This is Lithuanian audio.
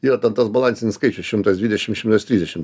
yra ten tas balansinis skaičius šimtas dvidešim šimtas trisdešim